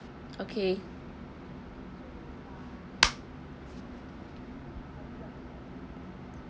okay